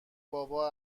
بابا